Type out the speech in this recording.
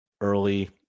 early